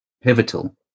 pivotal